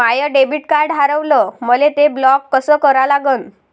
माय debit card हारवलं, मले ते ब्लॉक कस करा लागन?